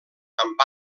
amb